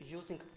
using